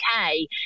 okay